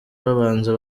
babanza